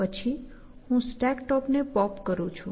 પછી હું stack top ને પોપ કરું છું